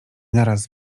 naraz